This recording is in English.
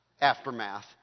aftermath